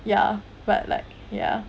ya but like ya